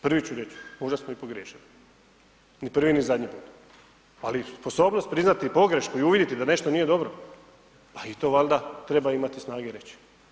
Prvi ću reć, užasno je pogriješeno, ni prvi ni zadnji put ali sposobnost priznati pogrešku i uvidjeti da nešto nije dobro pa i to valjda treba imati snage reći.